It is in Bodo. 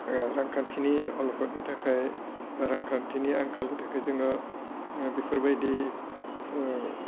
रांखान्थिनि अल'खदनि थाखाय रांखान्थिनि आंखालनि थाखाय जोङो बेफोरबायदि